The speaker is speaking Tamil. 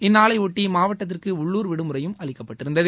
இந்நாளையொட்டி மாவட்டத்திற்கு உள்ளூர் விடுமுறையும் அளிக்கப்பட்டிருந்தது